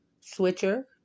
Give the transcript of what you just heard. switcher